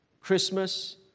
Christmas